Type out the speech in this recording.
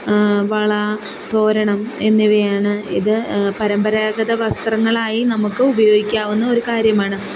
വള തോരണം എന്നിവയാണ് ഇത് പരമ്പരാഗത വസ്ത്രങ്ങളായി നമുക്ക് ഉപയോഗിക്കാവുന്ന ഒരു കാര്യമാണ്